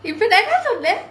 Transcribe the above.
you left off from where